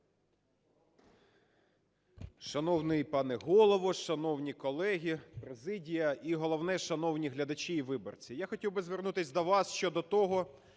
Шановний пане Голово, шановні колеги, президія і, головне, шановні глядачі і виборці! Я хотів би звернутись до вас щодо